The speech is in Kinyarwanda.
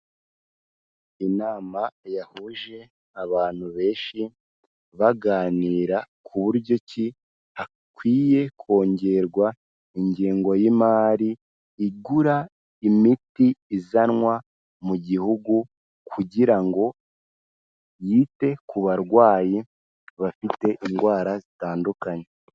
Inama yahuje abantu benshi baganira ku buryo ki hakwiye kongerwa ingengo y'imari igura imiti izanwa mu gihugu kugira ngo yite ku barwayi bafite indwara zitandukanye.